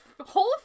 whole